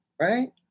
right